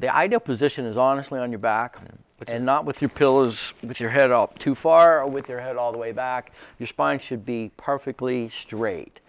the ideal position is honestly on your back foot and not with you pillows with your head up to far with your head all the way back your spine should be perfectly straight